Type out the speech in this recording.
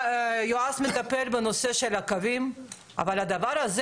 יועז מטפל בנושא של הקווים אבל הדבר הזה